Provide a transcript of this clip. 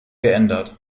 geändert